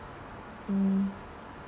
mm